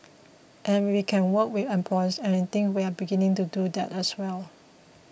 and we can work with employers and I think we're beginning to do that as well